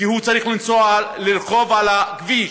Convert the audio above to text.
כי הוא צריך לרכוב על הכביש,